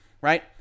right